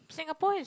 Singapore has